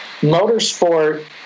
motorsport